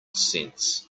sense